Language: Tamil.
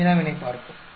வினாவினைப் பார்ப்போம்